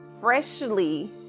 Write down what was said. freshly